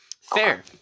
Fair